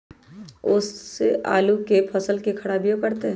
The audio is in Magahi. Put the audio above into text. ओस आलू के फसल के खराबियों करतै?